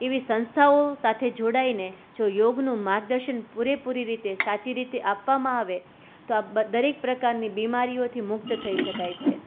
એવી સંસ્થાઓ સાથે જોડાઈને જો યોગનું માર્ગદર્શન પૂરેપૂરી રીતે સાચી રીતે આપવામાં આવે તો આ દરેક પ્રકારની બિમારીઓથી મુક્ત થઈ શકાય છે